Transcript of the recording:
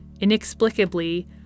inexplicably